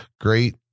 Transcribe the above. great